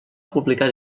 publicar